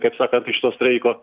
kaip sakant iš to streiko